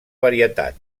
varietat